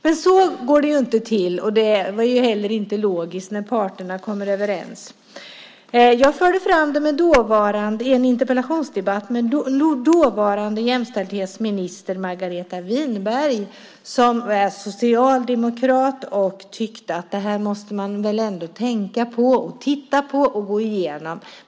Men så går det inte till - och det är ju heller inte logiskt - när parterna kommer överens. Jag förde fram detta i en interpellationsdebatt med dåvarande jämställdhetsminister Margareta Winberg, som är socialdemokrat. Jag tyckte att man väl ändå måste tänka på det här och titta på och gå igenom det.